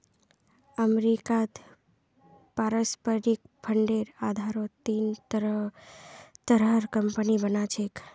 अमरीकात पारस्परिक फंडेर आधारत तीन तरहर कम्पनि बना छेक